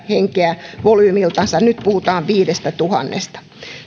henkeä volyymiltansa nyt puhutaan viidestätuhannesta